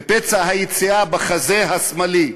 ופצע היציאה בחזה השמאלי,